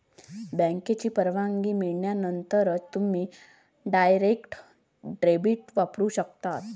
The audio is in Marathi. बँकेची परवानगी मिळाल्यानंतरच तुम्ही डायरेक्ट डेबिट वापरू शकता